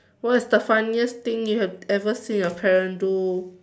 what is the funniest thing you have ever seen your parents do